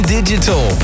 Digital